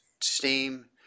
steam